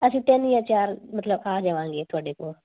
ਅਸੀਂ ਤਿੰਨ ਜਾਂ ਚਾਰ ਮਤਲਬ ਆ ਜਾਵਾਂਗੇ ਤੁਹਾਡੇ ਕੋਲ